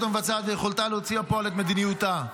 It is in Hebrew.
המבצעת ויכולתה להוציא לפועל את מדיניותה.